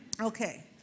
Okay